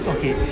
Okay